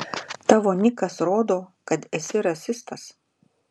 tavo nikas rodo kad esi rasistas